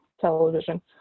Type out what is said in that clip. television